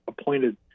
appointed